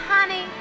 Honey